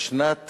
בשנת